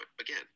again